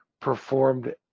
performed